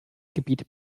gebiet